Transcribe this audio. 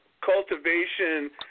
cultivation